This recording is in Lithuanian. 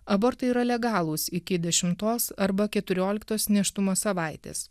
abortai yra legalūs iki dešimtos arba keturioliktos nėštumo savaitės